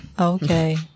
Okay